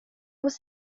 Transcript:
was